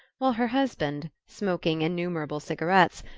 while her husband, smoking innumerable cigarettes,